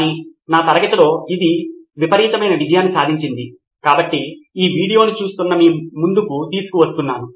కాబట్టి ఉపాధ్యాయుడు వారి నోట్స్ను నేరుగా పంచుకోవడం లేదు కాని సహకారం అందించిన ఒక విద్యార్థి ఉత్తమ విద్యార్థి యొక్క చిత్రంతో పత్రాన్ని విద్యార్థి నుండి ఒక విద్యార్థికి పంచుతాడు